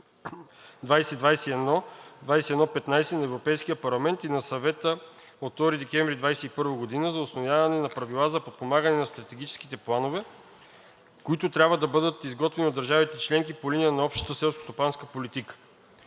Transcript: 2021/2115 на Европейския парламент и на Съвета от 2 декември 2021 г. за установяване на правила за подпомагане за стратегическите планове, които трябва да бъдат изготвени от държавите членки по линия на общата селскостопанска политика